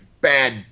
bad